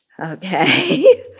Okay